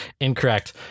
incorrect